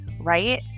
right